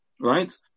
Right